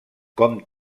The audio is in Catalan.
com